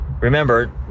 remember